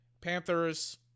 Panthers